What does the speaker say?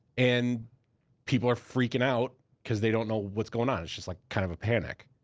and people are freaking out, cause they don't know what's going on. it's just like kind of a panic.